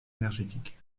énergétique